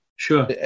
sure